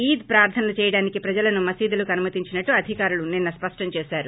ఈద్ ప్రార్ధనలు చేయడానికి ప్రజలను మసీదులకు అనుమతించినట్టు అధికారులు నిన్న స్పష్టం చేశారు